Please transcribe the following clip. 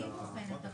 נושא איכות הסביבה,